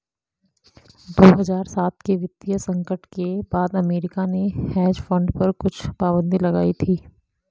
दो हज़ार सात के वित्तीय संकट के बाद अमेरिका ने हेज फंड पर कुछ पाबन्दी लगाई थी